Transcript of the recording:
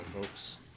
folks